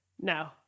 No